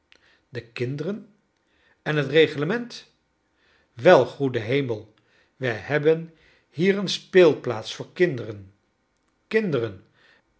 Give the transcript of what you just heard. de kinderen en het reglement wel goede hemel wij hebben hier een spcelplaats voor kinderen kinderen